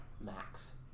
max